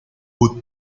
wood